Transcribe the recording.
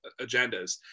agendas